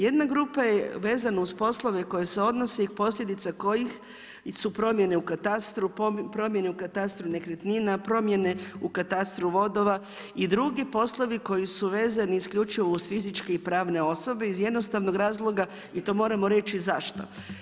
Jedna grupa je vezana uz poslove koji se odnose i posljedica koji su promjene u katastru, promjene u katastru nekretnina, promjene u katastru vodova i drugi poslovi koji su vezani isključivo uz fizičke i pravne osobe iz jednostavno razloga i to moramo reći zašto.